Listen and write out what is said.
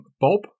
Bob